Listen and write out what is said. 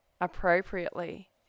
appropriately